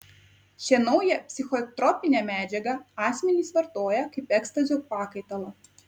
šią naują psichotropinę medžiagą asmenys vartoja kaip ekstazio pakaitalą